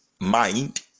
mind